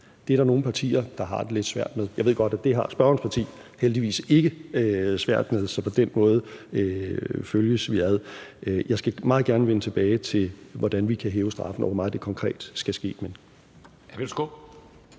Det er der nogle partier der har det lidt svært med. Jeg ved godt, at det har spørgerens parti det heldigvis ikke svært med, så på den måde følger vi med. Jeg skal meget gerne vende tilbage til, hvordan vi kan hæve straffen, og hvor meget det konkret skal ske